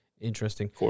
interesting